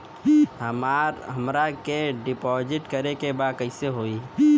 हमरा के डिपाजिट करे के बा कईसे होई?